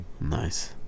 nice